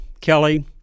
Kelly